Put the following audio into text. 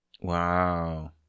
Wow